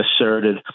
asserted